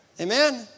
Amen